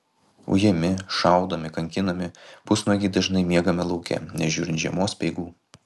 ujami šaudomi kankinami pusnuogiai dažnai miegame lauke nežiūrint žiemos speigų